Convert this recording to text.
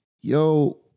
yo